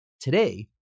Today